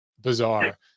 bizarre